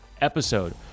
episode